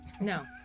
No